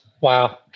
Wow